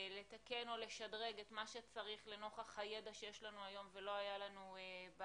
לתקן או לשדרג את מה שצריך לנוכח הידע שיש לנו היום ולא היה לנו בעבר.